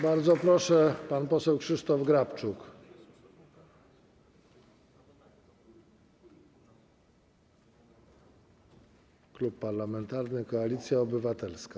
Bardzo proszę, pan poseł Krzysztof Grabczuk, Klub Parlamentarny Koalicja Obywatelska.